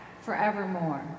forevermore